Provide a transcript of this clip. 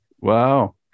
Wow